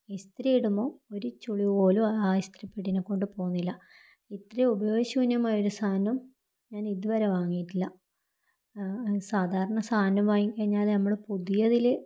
ഇസ്തിരി ഇടുമ്പോൾ ഒരു ചുളിവ് പോലും ആ ഇസ്തിരിപ്പെട്ടിനെക്കൊണ്ട് പോവുന്നില്ല ഇത്രയും ഉപയോഗ ശൂന്യമായൊരു സാധനം ഞാനിതുവരെ വാങ്ങിയിട്ടില്ല സാധാരണ സാധനം വാങ്ങിക്കഴിഞ്ഞാൽ നമ്മൾ പുതിയതിൽ